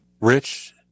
Rich